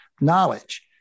knowledge